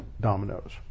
dominoes